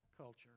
culture